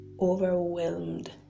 overwhelmed